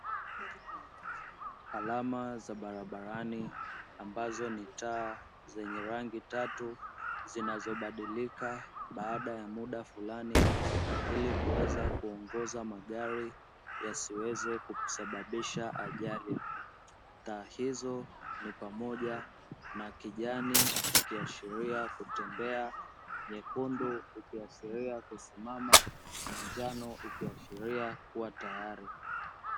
Alama za barabarani ambazo ni taa zenye rangi tatu zinazobadilika baada ya muda fulani ili kuweza kuongoza magari yasiweze kusababisha ajali. Taa hizo ni pamoja na kijani, ikiashiria kutembea, nyekundu, ikiashiria kusimama, na njano, ikiashiria kuwa tayari.